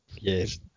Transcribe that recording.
Yes